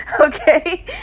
Okay